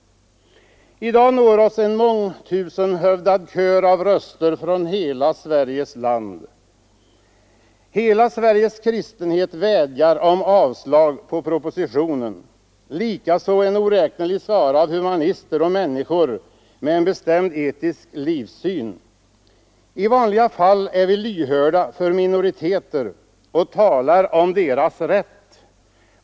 I dag når oss en mångtusenhövdad kör av röster från hela Sveriges land. Hela Sveriges kristenhet vädjar om avslag på propositionen, likaså en oräknelig skara av humanister och människor med en bestämd etisk livssyn. I vanliga fall är vi lyhörda för minoriteter och talar om deras rätt.